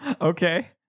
Okay